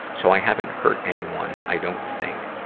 so i haven't hurt anyone, i don't think.